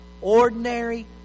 ordinary